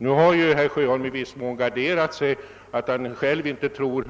Nu har ju herr Sjöholm i viss mån garderat sig genom att säga att han själv inte tror